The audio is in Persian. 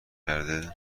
کرده